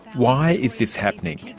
why is this happening?